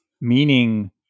meaning